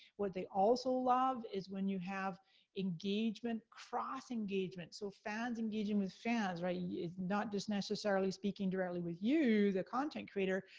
what they also love, is when you have engagement, cross engagement, so fans engaging with fans, right? not just necessarily speaking directly with you, the content creator,